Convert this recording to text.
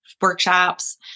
workshops